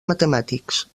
matemàtics